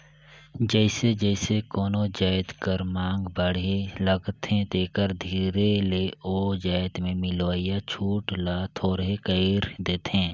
जइसे जइसे कोनो जाएत कर मांग बढ़े लगथे तेकर धीरे ले ओ जाएत में मिलोइया छूट ल थोरहें कइर देथे